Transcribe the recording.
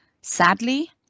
Sadly